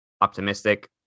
optimistic